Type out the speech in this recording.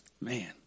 Man